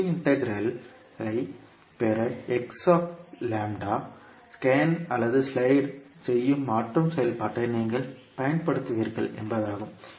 இறுதி இன்டெக்ரல் ஐ பெற x λ ஐ ஸ்கேன் அல்லது ஸ்லைடு செய்யும் மாற்றும் செயல்பாட்டை நீங்கள் பயன்படுத்துவீர்கள் என்பதாகும்